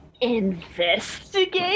investigate